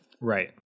Right